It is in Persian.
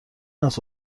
است